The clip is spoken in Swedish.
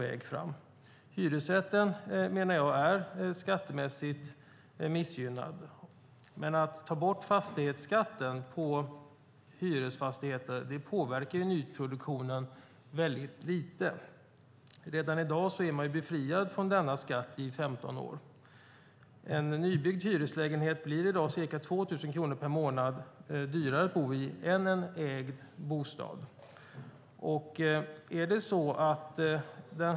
Jag menar att hyresrätten är skattemässigt missgynnad, men att ta bort fastighetsskatten på hyresfastigheter påverkar nyproduktionen väldigt lite. De är redan i dag befriade från denna skatt i 15 år. En nybyggd hyreslägenhet blir i dag ca 2 000 kronor dyrare att bo i per månad än en ägd bostad.